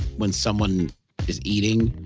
when someone is eating,